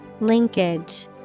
Linkage